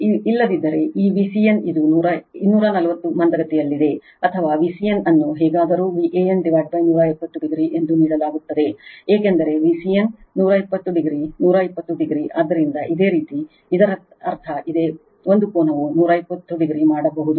ಇಲ್ಲದಿದ್ದರೆ ಈ Vcn ಇದು 240 o ಮಂದಗತಿಯಲ್ಲಿದೆ ಅಥವಾ Vcn ಅನ್ನು ಹೇಗಾದರೂ Van120 oಎಂದು ನೀಡಲಾಗುತ್ತದೆ ಏಕೆಂದರೆ Vcn 120 o120 o ಆದ್ದರಿಂದ ಇದೇ ರೀತಿ ಇದರರ್ಥ ಇದೇ ಒಂದು ಕೋನ 120 o ಮಾಡಬಹುದು